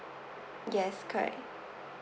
yes correct